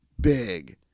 big